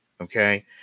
Okay